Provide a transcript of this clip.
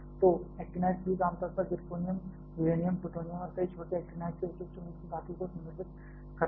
तो actinide fuels आमतौर पर जिरकोनियम यूरेनियम प्लूटोनियम और कई छोटे एक्टिनाइड्स के विशिष्ट मिश्र धातु को संदर्भित करता है